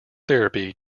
therapy